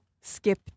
skip